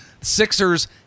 Sixers